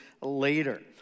later